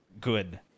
Good